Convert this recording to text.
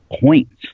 points